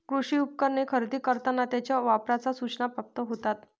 कृषी उपकरणे खरेदी करताना त्यांच्या वापराच्या सूचना प्राप्त होतात